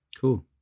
cool